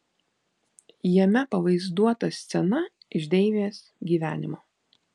jame pavaizduota scena iš deivės gyvenimo